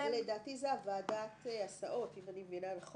לדעתי זאת ועדת הסעות, אם אני מבינה נכון.